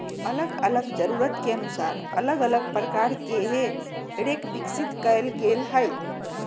अल्लग अल्लग जरूरत के अनुसार अल्लग अल्लग प्रकार के हे रेक विकसित कएल गेल हइ